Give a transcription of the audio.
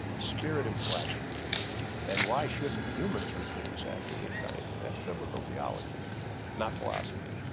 spirit and flesh then why shouldn't humans reproduce after their kind? and that's biblical theology not philosophy.